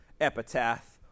epitaph